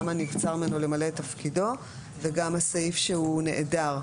גם הנבצר ממנו למלא את תפקידו וגם הסעיף שהוא נעדר.